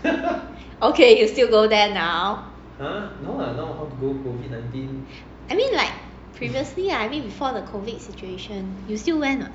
okay you still go there now I mean like previously I mean before the COVID situation you still went what